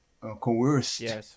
coerced